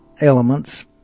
elements